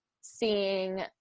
seeing